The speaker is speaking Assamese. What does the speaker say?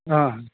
অঁ